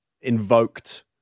invoked